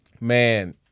man